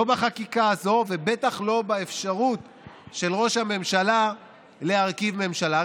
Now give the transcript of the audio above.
לא בחקיקה הזאת ובטח לא באפשרות של ראש הממשלה להרכיב ממשלה.